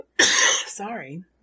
Sorry